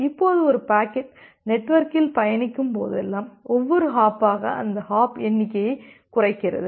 இப்போது ஒரு பாக்கெட் நெட்வொர்க்கில் பயணிக்கும்போதெல்லாம் ஒவ்வொரு ஹாப்பாக அந்த ஹாப் எண்ணிக்கையை குறைக்கிறது